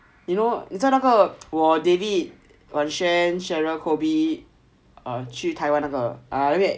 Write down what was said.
you know 你在那个我 david wan cheryl kobe 去台湾那个